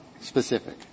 specific